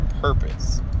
purpose